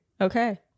Okay